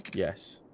yes